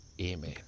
Amen